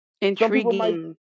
Intriguing